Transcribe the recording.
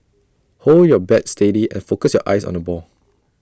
hold your bat steady and focus your eyes on the ball